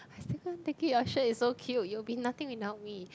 I can't take it ah is so cute you will be nothing without me